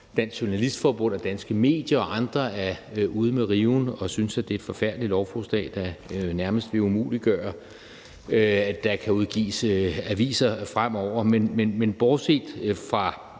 Dansk Journalistforbund, Danske Medier og andre er ude med riven og synes, at det er et forfærdeligt lovforslag, der nærmest vil umuliggøre, at der fremover kan udgives aviser. Men bortset fra